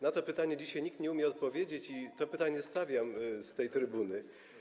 Na to pytanie dzisiaj nikt nie umie odpowiedzieć i to pytanie stawiam z tej trybuny.